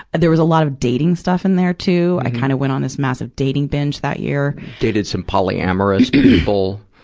there was a lot of dating stuff in there, too. i kind of went on this massive dating binge that year paul dated some polyamorous people.